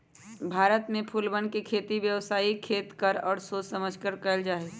भारत में फूलवन के खेती व्यावसायिक देख कर और सोच समझकर कइल जाहई